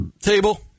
table